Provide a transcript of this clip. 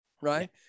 right